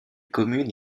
communes